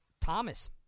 Thomas